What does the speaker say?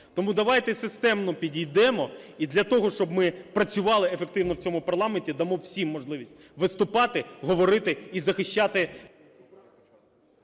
Тому давайте системно підійдемо. І для того, щоб ми працювали ефективно в цьому парламенті, дамо всім можливість виступати, говорити і захищати…